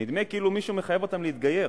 נדמה כאילו מישהו מחייב אותם להתגייר.